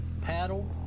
Paddle